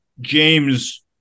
James